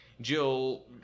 Jill